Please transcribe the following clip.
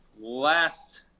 last